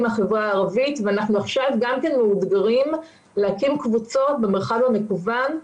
מהחברה הערבית ואנחנו עכשיו גם מאותגרים להקים קבוצות במרחב המקוון.